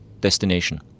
destination